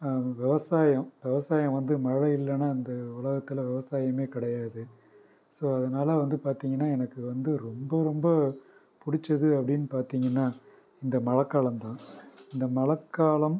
விவசாயம் விவசாயம் வந்து மழை இல்லைனா இந்த உலகத்தில் விவசாயமே கிடையாது ஸோ அதனால் வந்து பார்த்திங்கன்னா எனக்கு வந்து ரொம்ப ரொம்ப பிடிச்சது அப்படினு பார்த்திங்கன்னா இந்த மழைக்காலம் தான் இந்த மழைக்காலம்